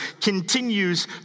continues